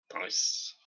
Nice